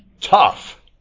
Tough